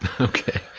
okay